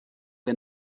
wir